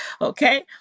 okay